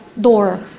door